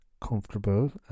comfortable